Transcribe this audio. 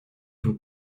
vous